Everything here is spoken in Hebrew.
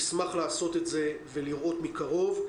נשמח לעשות את זה ולראות מקרוב.